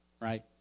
right